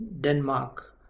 Denmark